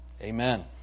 amen